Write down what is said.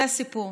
זה הסיפור.